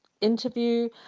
interview